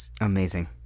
Amazing